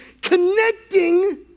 connecting